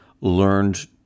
learned